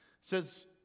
says